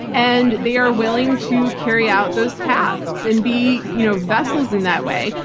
and they are willing to carry out those tasks and be you know vessels in that way.